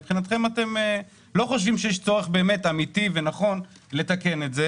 אתם לא חושבים שיש צורך באמת אמיתי ונכון לתקן את זה.